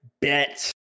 Bet